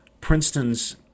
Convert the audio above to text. Princeton's